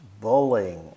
bullying